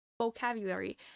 vocabulary